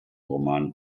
roman